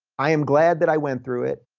i am glad that i went through it,